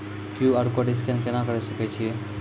QR code scan केना करै सकय छियै?